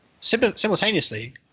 Simultaneously